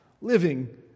living